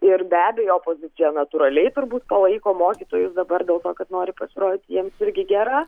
ir be abejo opozicija natūraliai turbūt palaiko mokytojus dabar dėl to kad nori pasirodyti jiems irgi gera